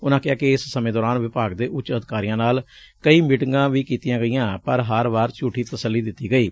ਉਨੂਾ ਕਿਹੈ ਕਿ ਇਸ ਸਮੇਂ ਦੋਰਾਨ ਵਿਭਾਗ ਦੇ ਉੱਚ ਅਧਿਕਾਰੀਆਂ ਨਾਲ ਕਈ ਮੀਟਿੰਗਾਂ ਵੀ ਕੀਤੀਆਂ ਗਈਆਂ ਪਰ ਹਰ ਵਾਰ ਝੁਠੀਆਂ ਤਸੱਲੀਆਂ ਦਿੱਤੀਆਂ ਗਈਆਂ